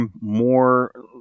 more